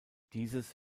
dieses